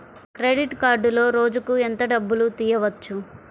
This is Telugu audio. క్రెడిట్ కార్డులో రోజుకు ఎంత డబ్బులు తీయవచ్చు?